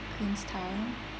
Queenstown